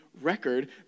record